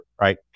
right